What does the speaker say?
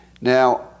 Now